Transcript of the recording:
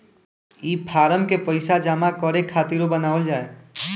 ई फारम के पइसा जमा करे खातिरो बनावल जाए